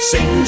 Sing